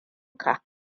ka